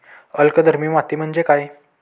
अल्कधर्मी माती म्हणजे काय?